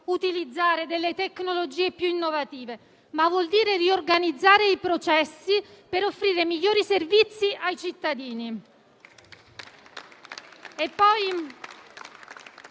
utilizzare tecnologie più innovative, ma anche riorganizzare i processi per offrire migliori servizi ai cittadini.